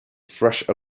fresh